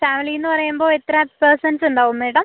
ഫാമിലീന്ന് പറയുമ്പോ എത്ര പേർസൺസ് ഇണ്ടാവും മാഡം